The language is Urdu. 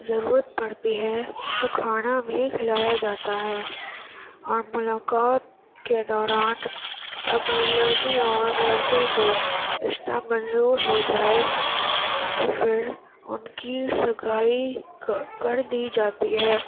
ضرورت پڑتی ہے تو کھانا بھی کھلایا جاتا ہے اور ملاقات کے دوران اگر لڑکی اور لڑکے کو رشتہ منظور ہو جائے تو پھر ان کی سگائی کر دی جاتی ہے